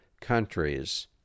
countries